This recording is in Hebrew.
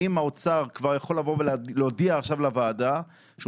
האם האוצר כבר יכול לבוא ולהודיע עכשיו לוועדה שהוא